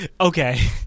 okay